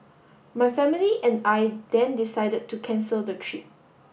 my family and I then decided to cancel the trip